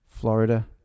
Florida